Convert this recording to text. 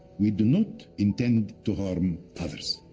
we do not intend to harm others.